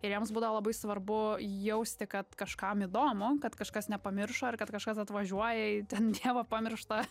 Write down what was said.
ir jiems būdavo labai svarbu jausti kad kažkam įdomu kad kažkas nepamiršo ir kad kažkas atvažiuoja į ten dievo pamirštą